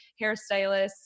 hairstylists